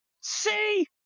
see